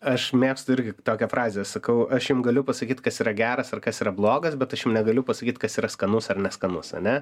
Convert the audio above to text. aš mėgstu irgi tokią frazę sakau aš jum galiu pasakyt kas yra geras ar kas yra blogas bet aš jum negaliu pasakyt kas yra skanus ar neskanus ane